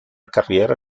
carriera